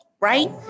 Right